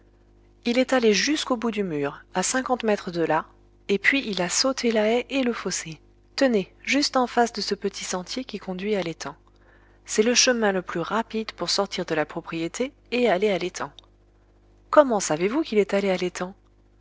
il est allé jusqu'au bout du mur à cinquante mètres de là et puis il a sauté la haie et le fossé tenez juste en face ce petit sentier qui conduit à l'étang c'est le chemin le plus rapide pour sortir de la propriété et aller à l'étang comment savez-vous qu'il est allé à